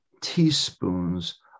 teaspoons